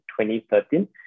2013